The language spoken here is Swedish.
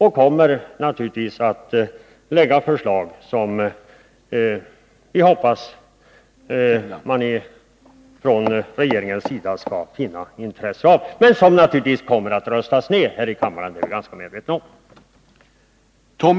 Vi kommer naturligtvis att lägga fram ett förslag som vi hoppas att regeringen skall ha intresse av men som naturligtvis kommer att röstas ned här i kammaren — det är vi medvetna om.